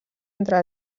entre